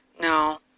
No